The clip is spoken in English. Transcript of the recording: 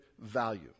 value